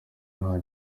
nta